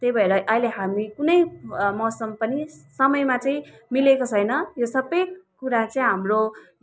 त्यही भएर अहिले हामी कुनै मौसम पनि समयमा चाहिँ मिलेको छैन यो सबै कुरा चाहिँ हाम्रो यो